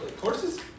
courses